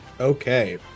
Okay